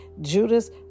Judas